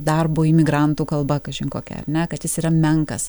darbo imigrantų kalba kažin kokia ar ne kad jis yra menkas